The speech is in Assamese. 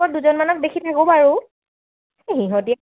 দুজনমানক দেখি থাকোঁ বাৰু এই সিহঁতি